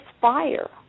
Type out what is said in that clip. fire